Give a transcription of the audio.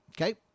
Okay